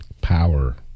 Power